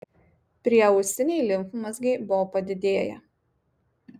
prieausiniai limfmazgiai buvo padidėję